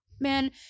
Man